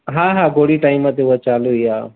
हा हा गोरी टाइम ते उहा चालू ई आहे